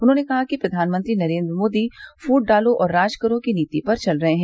उन्होंने कहा कि प्रधानमंत्री नरेन्द्र मोदी फूट डालो और राज करो की नीति पर चल रहे हैं